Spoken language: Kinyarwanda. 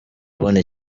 ubona